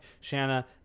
shanna